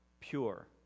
pure